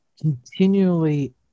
continually